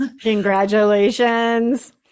Congratulations